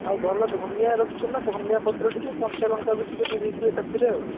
ଆଉ ଭଲ ଧନିଆ ରଖୁଛନ୍ତି ନା ଧନିଆପତ୍ର ଟିକିଏ କଞ୍ଚାଲଙ୍କା ବି ଟିକେ ଦେଇଦେଇଥିବେ ସାଥିରେ ଆଉ